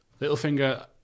Littlefinger